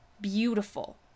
beautiful